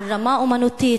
על רמה אמנותית,